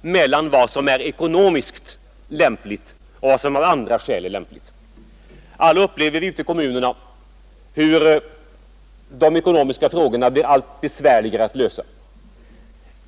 mellan vad som är ekonomiskt lämpligt och vad som av andra skäl är lämpligt. Alla upplever vi ute i kommunerna hur de ekonomiska frågorna blir allt besvärligare att lösa.